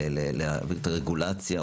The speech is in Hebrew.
להעביר את הרגולציה?